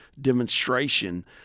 demonstration